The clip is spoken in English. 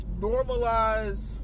normalize